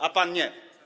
A pan nie.